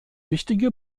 wichtige